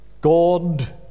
God